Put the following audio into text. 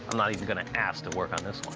not even going to ask to work on this